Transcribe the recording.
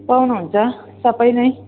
पाउनुहुन्छ सबै नै